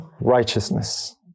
righteousness